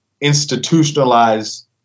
institutionalized